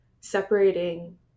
separating